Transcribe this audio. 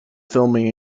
filming